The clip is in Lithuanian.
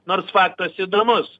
nors faktas įdomus